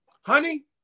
Honey